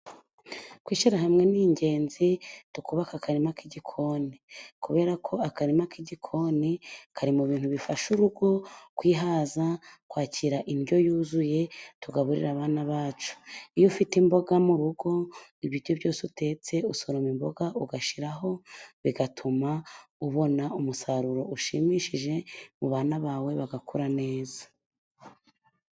Kwishyira hamwe ni ingenzi tukubake akarima k'igikoni, kubera ko akarima k'igikoni kari mu bintu bifasha urugo kwihaza, kwakira indyo yuzuye tugaburira abana bacu. Iyo ufite imboga mu rugo, ibiryo byose utetse usoroma imboga ugashyiraho, bigatuma ubona umusaruro ushimishije mu bana bawe bagakura neza.